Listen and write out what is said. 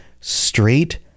straight